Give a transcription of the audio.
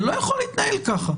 זה לא יכול להתנהל כך.